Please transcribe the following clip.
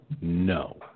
no